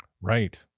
Right